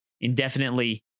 indefinitely